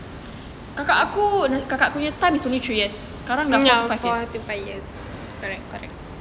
kakak aku kakak aku punya time is only three years sekarang dah four to five years